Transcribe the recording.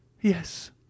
Yes